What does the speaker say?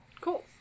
Cool